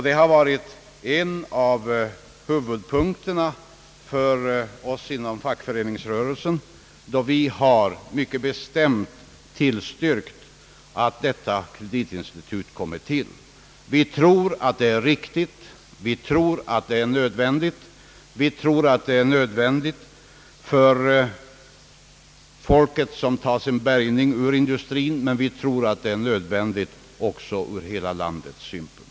Det har varit en av huvudpunkterna för oss inom fackföreningsrörelsen, då vi mycket bestämt har tillstyrkt tillkomsten av detta kreditinstitut. Vi tror att det är riktigt och att det är nödvändigt för de människor som tar sin bärgning ur industrin. Vi tror att det är nödvändigt även ur hela landets synpunkt.